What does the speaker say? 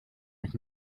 mich